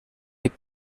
les